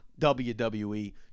WWE